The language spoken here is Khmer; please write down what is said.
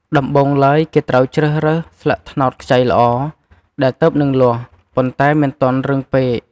ដំបូងឡើយ គេត្រូវជ្រើសរើស ស្លឹកត្នោតខ្ចីល្អ ដែលទើបនឹងលាស់ ប៉ុន្តែមិនទាន់រឹងពេក។